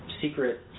secret